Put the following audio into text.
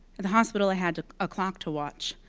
at the hospital i had a clock to watch,